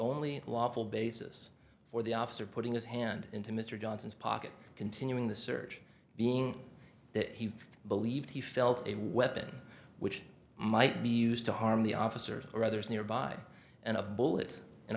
only lawful basis for the officer putting his hand into mr johnson's pocket continuing the search being that he believed he felt a weapon which might be used to harm the officers or others nearby and a bullet in